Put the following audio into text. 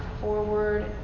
forward